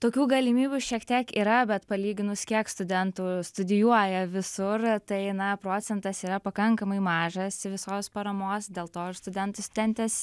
tokių galimybių šiek tiek yra bet palyginus kiek studentų studijuoja visur tai na procentas yra pakankamai mažas visos paramos dėl to ir studentai studentės